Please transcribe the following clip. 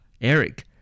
Eric